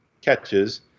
catches